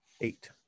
Eight